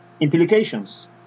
implications